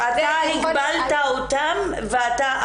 אתה הגבלת אותם ואתה אמרת.